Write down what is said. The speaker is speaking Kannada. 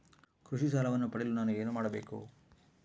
ಕೃಷಿ ಸಾಲವನ್ನು ಪಡೆಯಲು ನಾನು ಏನು ಮಾಡಬೇಕು?